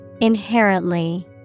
Inherently